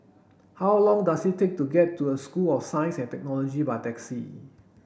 how long does it take to get to a School of Science and Technology by taxi